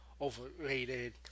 overrated